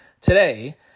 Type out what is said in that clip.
today